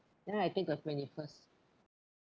then I take the twenty first